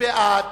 מרצ